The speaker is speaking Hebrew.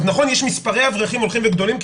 אז נכון יש מספרי אברכים הולכים וגדלים,